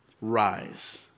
rise